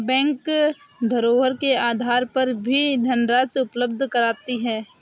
bank धरोहर के आधार पर भी धनराशि उपलब्ध कराती है